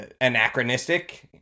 anachronistic